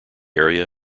area